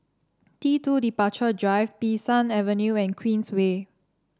T two Departure Drive Bee San Avenue and Queensway